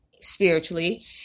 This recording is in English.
spiritually